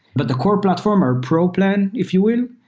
but the core platform, our pro plan if you will,